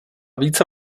více